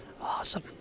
Awesome